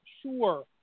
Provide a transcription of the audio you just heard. sure